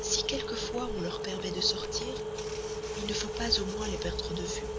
si quelquefois on leur permet de sortir il ne faut pas au moins les perdre de vue